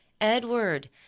Edward